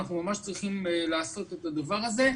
אנחנו צריכים לעשות את הדבר הזה.